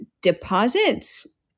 deposits